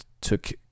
took